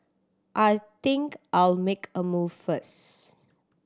I think I'll make a move first